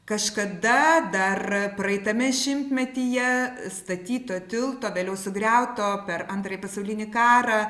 kažkada dar praeitame šimtmetyje statyto tilto vėliau sugriauto per antrąjį pasaulinį karą